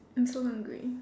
I'm so hungry